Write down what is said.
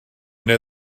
neu